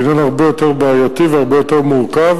זה עניין הרבה יותר בעייתי והרבה יותר מורכב,